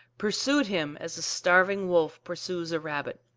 pursued him as a starving wolf pursues a rabbit.